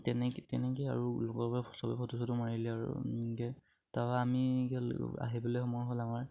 তেনেকে তেনেকে আৰু লগৰ পৰা ফে ফটো চটো মাৰিলে আৰু আমি আহিবলে সময় হ'ল আমাৰ